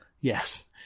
Yes